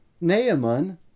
Naaman